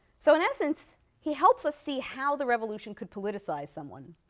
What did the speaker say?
so in essence, he helps us see how the revolution could politicize someone.